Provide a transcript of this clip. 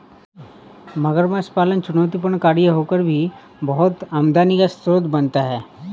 मगरमच्छ पालन चुनौतीपूर्ण कार्य होकर भी बहुत आमदनी का स्रोत बनता है